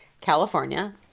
California